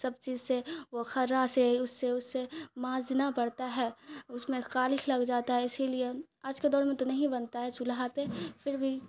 سب چیز سے وہ کھرا سے اس سے اس سے ماجنا پڑتا ہے اس میں کالکھ لگ جاتا ہے اسی لیے آج کے دور میں تو نہیں بنتا ہے چولہا پہ پھر بھی